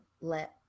let